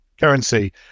currency